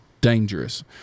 dangerous